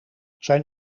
zijn